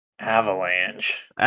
Avalanche